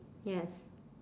yes